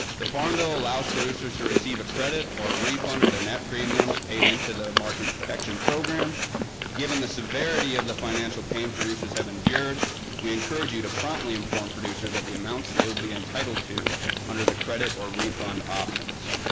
the farm bill allows producers to receive a credit or refund of net premiums paid into the marshall protection program given the severity of the financial pain producers have endured we encourage you to and form producers of the amounts they will be entitled to under the credit or refund options.